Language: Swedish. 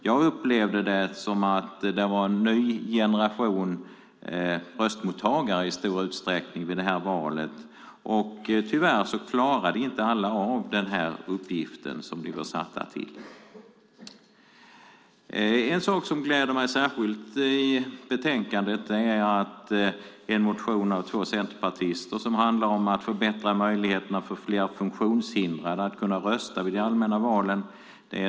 Jag upplevde det som att det i stor utsträckning var en ny generation röstmottagare vid det senaste valet, och tyvärr klarade inte alla av den uppgift som de var satta att utföra. Det som särskilt gläder mig beträffande betänkandet är att konstitutionsutskottet enhälligt tillstyrker en motion av två centerpartister som handlar om att förbättra möjligheterna för funktionshindrade att rösta vid de allmänna valen.